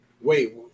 Wait